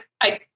I-